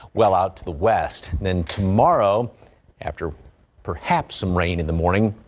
well out to the west then tomorrow after perhaps some rain in the morning.